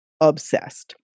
obsessed